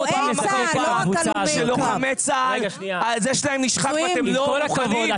עם כל הכבוד,